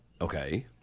Okay